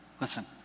Listen